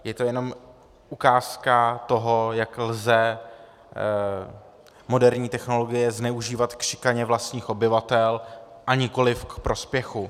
Je to jenom ukázka toho, jak lze moderní technologie zneužívat k šikaně vlastních obyvatel a nikoliv k prospěchu.